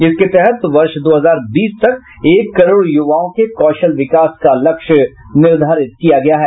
इसके तहत वर्ष दो हजार बीस तक एक करोड़ युवाओं के कौशल विकास का लक्ष्य निर्धारित किया गया है